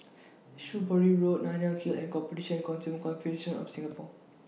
Shrewsbury Road Nanyang Hill and Competition Consumer Commission of Singapore